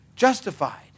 Justified